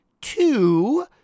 two